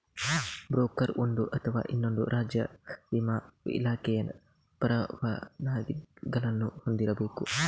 broker ಒಂದು ಅಥವಾ ಇನ್ನೊಂದು ರಾಜ್ಯ ವಿಮಾ ಇಲಾಖೆಯ ಪರವಾನಗಿಗಳನ್ನು ಹೊಂದಿರಬೇಕು